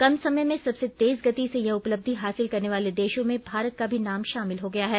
कम समय में सबसे तेज गति से यह उपलब्धि हासिल करने वाले देशों में भारत का भी नाम शामिल हो गया है